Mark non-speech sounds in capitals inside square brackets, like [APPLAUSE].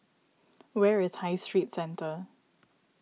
[NOISE] where is High Street Centre